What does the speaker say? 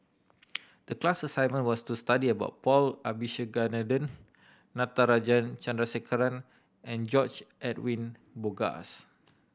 the class assignment was to study about Paul Abisheganaden Natarajan Chandrasekaran and George Edwin Bogaars